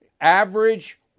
average